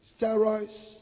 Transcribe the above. steroids